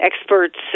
experts